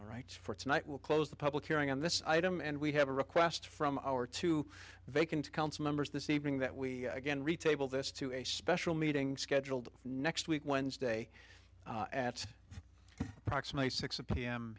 right for tonight will close the public hearing on this item and we have a request from our two vacant council members this evening that we again retail this to a special meeting scheduled next week wednesday at approximately six p